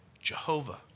Jehovah